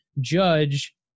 judge